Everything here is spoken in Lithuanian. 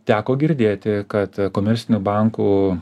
teko girdėti kad komercinių bankų